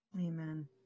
amen